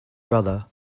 brother